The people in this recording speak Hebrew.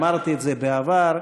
אמרתי את זה בעבר,